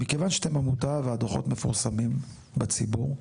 מכיוון שאתם עמותה והדוחות מפורסמים בציבור,